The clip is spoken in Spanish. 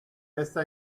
esta